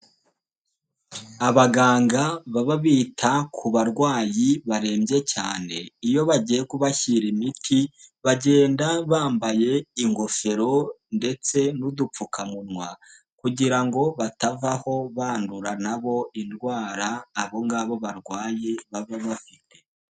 Abaganga baba bita ku barwayi barembye cyane, iyo bagiye kubashyira imiti bagenda bambaye ingofero ndetse n'udupfukamunwa, kugira ngo batavaho bandura nabo indwara abo ngabo barwaye, baba bafite.